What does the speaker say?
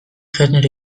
genero